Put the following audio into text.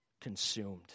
consumed